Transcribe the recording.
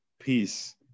peace